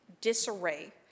disarray